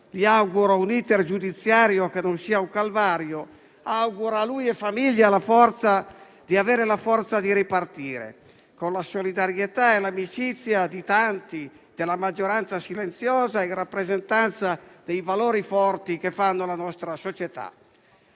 Gli auguro un *iter* giudiziario che non sia un calvario; auguro a lui e alla famiglia di avere la forza di ripartire, con la solidarietà e l'amicizia di tanti, della maggioranza silenziosa, in rappresentanza dei valori forti che fanno la nostra società.